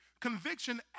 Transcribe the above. conviction